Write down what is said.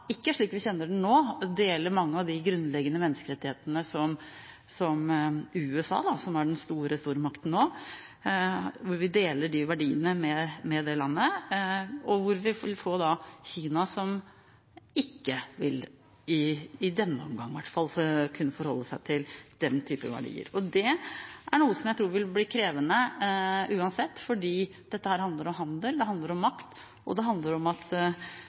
er den største stormakten nå – deler de verdiene med oss. Kina vil ikke – ikke i denne omgangen i hvert fall – kunne forholde seg den typen verdier. Det er noe som jeg tror vil bli krevende uansett, fordi dette handler om handel, det handler om makt, og det handler om at